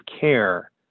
care